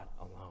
alone